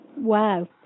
Wow